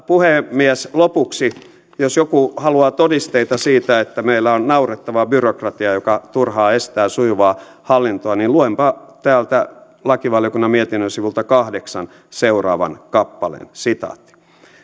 puhemies lopuksi jos joku haluaa todisteita siitä että meillä on naurettavaa byrokratiaa joka turhaan estää sujuvaa hallintoa niin luenpa täältä lakivaliokunnan mietinnön sivulta kahdeksan seuraavan kappaleen